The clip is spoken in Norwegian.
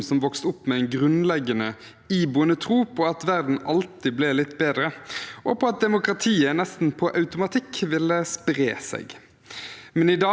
Men i dag er halvparten av verdens demokratier i tilbakegang. I løpet av 2021 forsvant to av verdens demokratier: Myanmar og Tunisia.